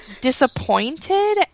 disappointed